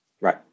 Right